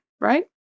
right